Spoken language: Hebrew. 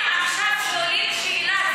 אם עכשיו שואלים שאלה,